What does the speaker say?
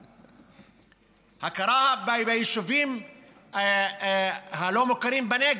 4. הכרה ביישובים הלא-מוכרים בנגב,